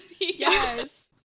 Yes